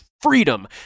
freedom